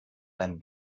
beim